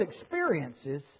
experiences